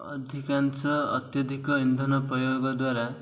ଅଧିକାଂଶ ଅତ୍ୟଧିକ ଇନ୍ଧନ ପ୍ରୟୋଗ ଦ୍ୱାରା